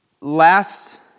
last